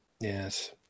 Yes